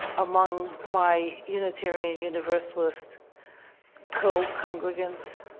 among my unitarian universalist co-congregants.